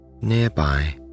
Nearby